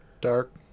dark